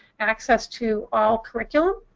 access to all curriculum.